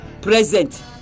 present